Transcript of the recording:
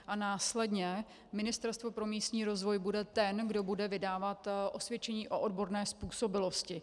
A následně Ministerstvo pro místní rozvoj bude ten, kdo bude vydávat osvědčení o odborné způsobilosti.